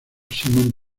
simon